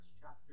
chapter